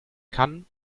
kann